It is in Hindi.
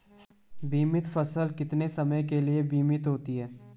बीमित फसल कितने समय के लिए बीमित होती है?